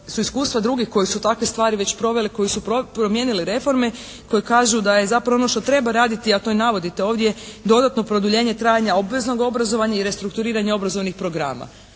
iskustva drugih koji su takve stvari već proveli. Koji su promijenili reforme koje kažu da je zapravo ono što treba raditi a to i navodite ovdje dodatno produljenje trajanja obveznog obrazovanja i restrukturiranje obrazovnih programa.